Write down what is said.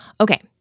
okay